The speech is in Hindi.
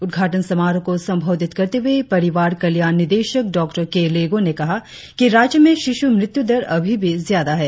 उद्घाटन समारोह को संबोधित करते हुए परिवार कल्याण निदेशक डॉ के लेगो ने कहा कि राज्य में शिशू मृत्यु दर अभी भी ज्यादा है